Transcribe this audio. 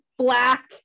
black